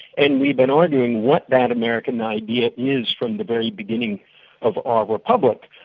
and we've been arguing what that american idea is from the very beginning of our republic.